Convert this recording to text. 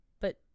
But-